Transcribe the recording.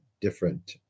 different